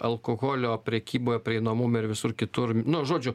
alkoholio prekyboje prieinamume ir visur kitur nu žodžiu